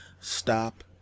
stop